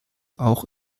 auch